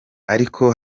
ariko